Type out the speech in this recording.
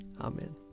Amen